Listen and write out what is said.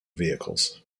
vehicles